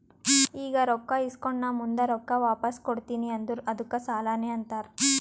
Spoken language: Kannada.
ಈಗ ರೊಕ್ಕಾ ಇಸ್ಕೊಂಡ್ ನಾ ಮುಂದ ರೊಕ್ಕಾ ವಾಪಸ್ ಕೊಡ್ತೀನಿ ಅಂದುರ್ ಅದ್ದುಕ್ ಸಾಲಾನೇ ಅಂತಾರ್